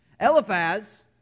Eliphaz